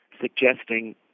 suggesting